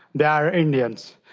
they are indians.